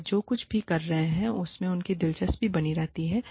यह जो कुछ भी कर रहे हैं उसमें उनकी दिलचस्पी बनी रहती है